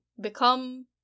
become